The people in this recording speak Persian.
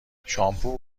شامپو